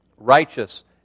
Righteous